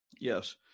yes